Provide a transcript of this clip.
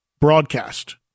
broadcast